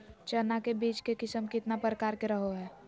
चना के बीज के किस्म कितना प्रकार के रहो हय?